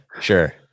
sure